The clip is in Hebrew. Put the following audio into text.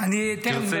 תכף תשמע, תגיד לי שלא.